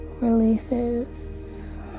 releases